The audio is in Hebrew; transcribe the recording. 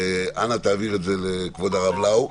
אנא, העבר את זה לכבוד הרב לאו,